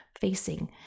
facing